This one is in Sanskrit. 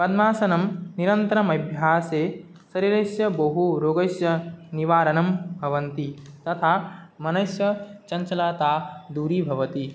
पद्मासनस्य निरन्तरम् अभ्यासेन शरीरस्य बहु रोगस्य निवारणं भवति तथा मनुष्यचञ्चलता दूरीभवति